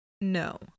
no